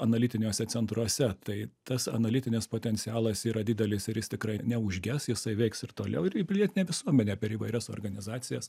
analitiniuose centruose tai tas analitinis potencialas yra didelis ir jis tikrai neužges jisai veiks ir toliau ir į pilietinę visuomenę per įvairias organizacijas